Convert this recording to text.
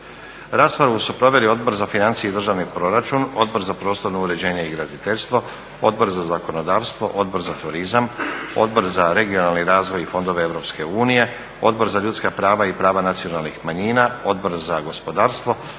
Raspravu su proveli Odbor za financije i državni proračun, Odbor za prostorno uređenje i graditeljstvo, Odbor za zakonodavstvo, Odbor za turizam, Odbor za regionalni razvoj i fondove EU, Odbor za ljudska prava i prava nacionalnih manjina, Odbor za gospodarstvo,